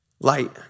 light